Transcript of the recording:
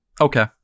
okay